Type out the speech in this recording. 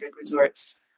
resorts